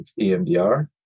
EMDR